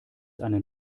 einen